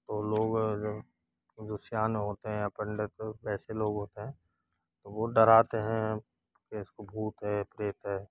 तो लोग जो जो सयाने होते हैं पंडित वैसे लोग होते हैं वो डराते हैं कि इसको भूत है प्रेत है